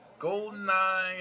GoldenEye